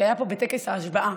שהיה פה בטקס ההשבעה,